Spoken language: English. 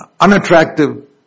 unattractive